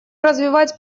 развивать